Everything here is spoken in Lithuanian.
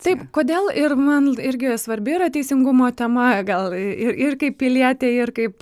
taip kodėl ir man irgi svarbi yra teisingumo tema gal ir ir kaip pilietei ir kaip